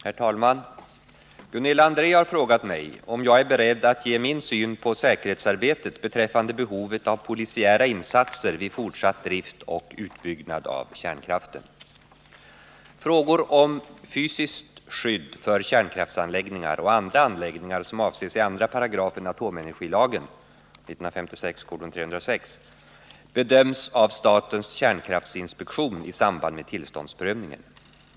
Herr talman! Gunilla André har frågat mig om jag är beredd att ge min syn på säkerhetsarbetet beträffande behovet av polisiära insatser vid fortsatt drift och utbyggnad av kärnkraften. Frågor om fysiskt skydd för kärnkraftsanläggningar och andra anläggningar som avses i 2 § atomenergilagen bedöms av statens kärnkraftinspektion i samband med tillståndsprövningen.